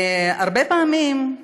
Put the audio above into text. הרבה פעמים,